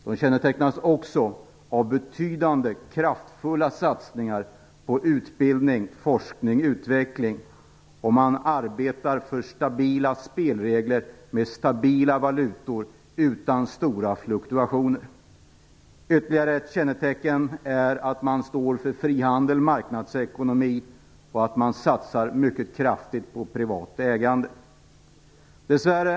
De kännetecknas även av betydande kraftfulla satsningar på utbildning, forskning och utveckling. Man arbetar för stabila spelregler med stabila valutor utan stora fluktuationer. Ytterligare ett kännetecken är att de står för frihandel och marknadsekonomi, och att man satsar mycket kraftigt på privat ägande. Herr talman!